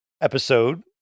episode